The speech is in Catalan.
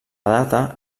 data